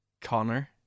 Connor